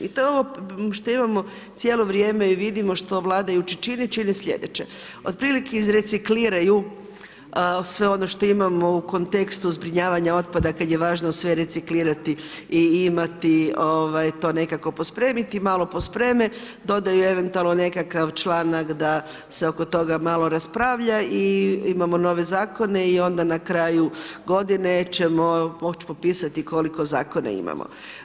I to je ovo što imamo cijelo vrijeme i vidimo što vladajući čine, čine sljedeće, otprilike iz recikliraju sve ono što imamo u kontekstu zbrinjavanju otpada kada je važno sve reciklirati i imati to nekako pospremiti, malo pospreme, dodaju eventualno nekakav članak da se oko toga malo raspravlja i imamo nove zakone i onda na kraju godine ćemo moći potpisati koliko zakona imamo.